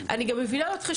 ואני גם מבינה אותך,